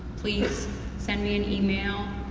please send me an email.